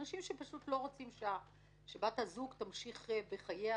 מדובר באנשים שפשוט לא רוצים שבת הזוג תמשיך בחייה.